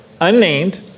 unnamed